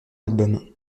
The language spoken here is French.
album